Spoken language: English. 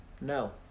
no